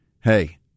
Hey